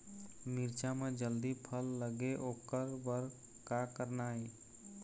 मिरचा म जल्दी फल लगे ओकर बर का करना ये?